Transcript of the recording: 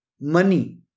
money